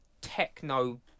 techno